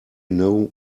know